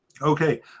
Okay